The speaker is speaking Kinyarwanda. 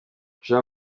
jean